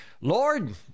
Lord